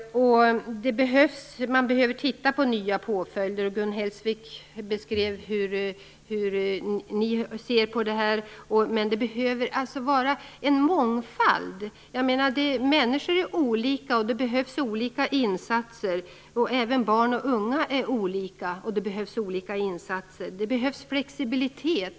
Man behöver titta på nya påföljder. Gun Hellsvik beskrev hur hon ser på det här. Men det behöver finnas en mångfald. Människor är olika, och det behövs olika insatser. Även barn och unga är olika. Det behövs olika insatser. Det behövs flexibilitet.